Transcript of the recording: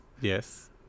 Yes